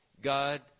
God